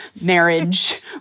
marriage